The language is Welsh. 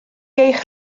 eich